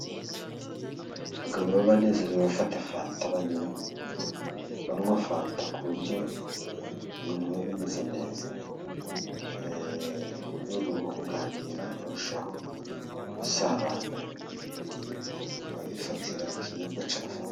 Abagabo baba banezerewe bafata fanta banywa, banywa fanta ku buryo ibintu biba bimeze neza. Mu rwego rwo kuganira barushaho gusabana, bifatira ikinyobwa cya fanta.